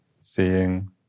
seeing